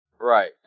Right